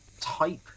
type